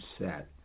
set